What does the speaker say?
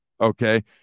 okay